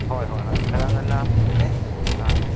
ꯍꯣꯏ ꯍꯣꯏ ꯍꯣꯏ ꯈꯔ ꯉꯟꯅ ꯑꯥ